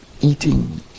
eating